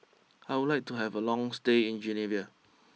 I would like to have a long stay in Guinea